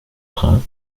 train